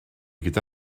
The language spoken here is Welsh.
gyda